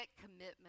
commitment